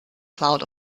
cloud